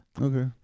Okay